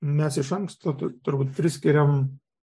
mes iš anksto tu turbūt priskiriam